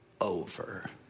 over